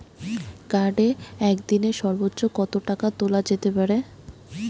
কার্ডে একদিনে সর্বোচ্চ কত টাকা তোলা যেতে পারে?